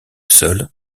sol